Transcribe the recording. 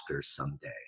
someday